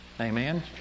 Amen